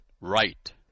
right